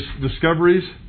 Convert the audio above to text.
discoveries